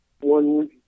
one